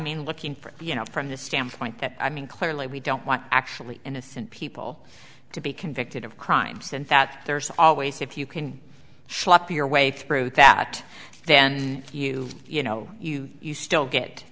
mean looking for you know from the standpoint that i mean clearly we don't want actually innocent people to be convicted of crimes and that there's always if you can slap your way through that then you you know you you still get